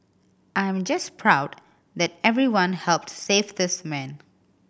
I'm just proud that everyone helped save this man